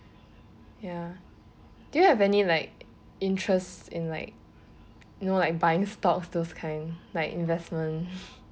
ya do you have any like interest in like you know like buying stocks those kinds like investments